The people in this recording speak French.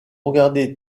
regarder